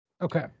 Okay